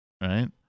Right